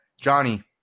Johnny